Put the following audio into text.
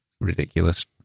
ridiculous